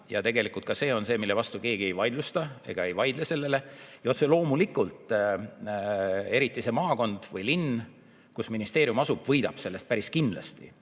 Tegelikult, see on see, mida keegi ei vaidlusta ega vaidle sellele vastu. Otse loomulikult, eriti see maakond või linn, kus ministeerium asub, võidab sellest päris kindlasti.